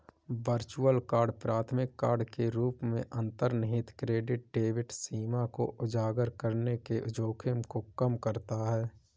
virtual card प्राथमिक card के रूप में अंतर्निहित क्रेडिट डेबिट सीमा को उजागर करने के जोखिम को कम करता है